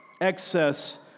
excess